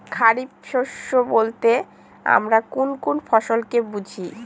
খরিফ শস্য বলতে আমরা কোন কোন ফসল কে বুঝি?